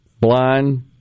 blind